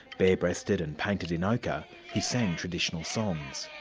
bare-breasted and painted in ochre, who sang traditional songs.